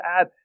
add